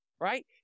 Right